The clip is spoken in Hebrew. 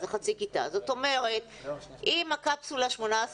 זאת אומרת שאם הקפסולה היא עם 18 למידים,